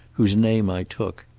whose name i took.